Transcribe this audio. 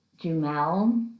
Jumel